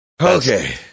Okay